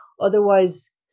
Otherwise